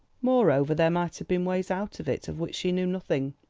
moreover there might have been ways out of it, of which she knew nothing.